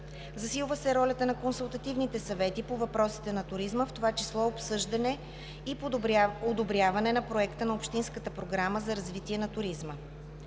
Засилва се ролята на консултативните съвети по въпросите на туризма, в това число обсъждане и одобряване на проекта на общинската програма за развитие на туризма.